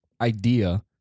idea